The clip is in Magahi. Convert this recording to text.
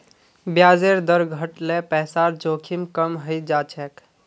ब्याजेर दर घट ल पैसार जोखिम कम हइ जा छेक